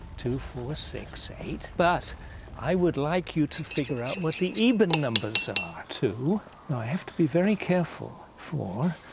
two, four, six, eight. but i would like you to figure out what the eban numbers numbers are. two, now i have to be very careful, four,